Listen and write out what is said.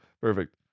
perfect